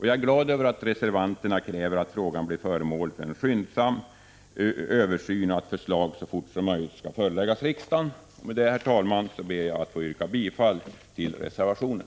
Jag är glad över att reservanterna kräver att frågan blir föremål för en skyndsam översyn och att förslag så fort som möjligt bör föreläggas riksdagen. Med detta, herr talman, ber jag att få yrka bifall till reservationen.